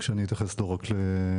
כשאני אתייחס לא רק להומואים.